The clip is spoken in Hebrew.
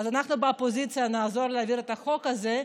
אז אנחנו באופוזיציה נעזור להעביר את החוק הזה,